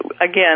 again